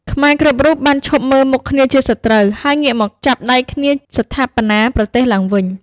ខ្មែរគ្រប់រូបបានឈប់មើលមុខគ្នាជាសត្រូវ ហើយងាកមកចាប់ដៃគ្នាស្ថាបនាប្រទេសឡើងវិញ។